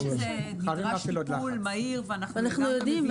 ברור שנדרש טיפול מהיר ואנחנו לגמרי מבינים.